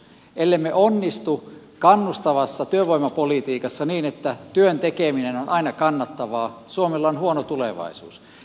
ellemme onnistu kannustavassa työvoimapolitiikassa niin että työn tekeminen on aina kannattavaa suomella on huono tulevaisuus